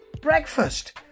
breakfast